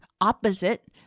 opposite